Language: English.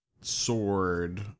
sword